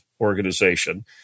organization